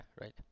right